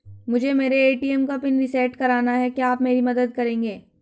मुझे मेरे ए.टी.एम का पिन रीसेट कराना है क्या आप मेरी मदद करेंगे?